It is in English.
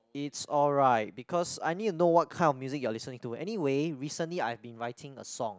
it's alright because I need to know what kind of music you are listening to anyway recently I've been writing a song